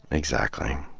exactly.